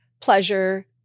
pleasure